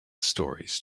stories